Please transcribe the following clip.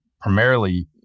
primarily